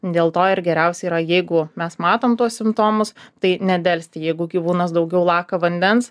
dėl to ir geriausia yra jeigu mes matom tuos simptomus tai nedelsti jeigu gyvūnas daugiau laka vandens